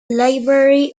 library